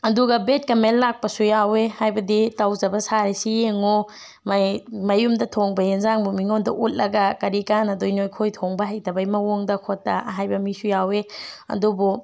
ꯑꯗꯨꯒ ꯕꯦꯠ ꯀꯝꯃꯦꯟ ꯂꯥꯛꯄꯁꯨ ꯌꯥꯎꯋꯦ ꯍꯥꯏꯕꯗꯤ ꯇꯧꯖꯕ ꯁꯔꯤꯁꯤ ꯌꯦꯡꯉꯨ ꯃꯌꯨꯝꯗ ꯊꯣꯡꯕ ꯍꯦꯟꯖꯥꯡꯕꯨ ꯃꯤꯉꯣꯟꯗ ꯎꯠꯂꯒ ꯀꯔꯤ ꯀꯥꯟꯅꯗꯣꯏꯅꯣ ꯑꯩꯈꯣꯏ ꯊꯣꯡꯕ ꯍꯩꯇꯕꯩ ꯃꯥꯑꯣꯡꯗ ꯈꯣꯠꯇ ꯍꯥꯏꯕ ꯃꯤꯁꯨ ꯌꯥꯎꯋꯤ ꯑꯗꯨꯕꯨ